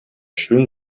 schön